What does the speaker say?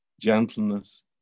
gentleness